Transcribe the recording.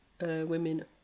women